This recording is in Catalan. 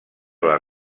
les